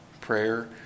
Prayer